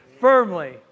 Firmly